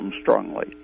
strongly